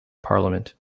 parliament